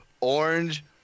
Orange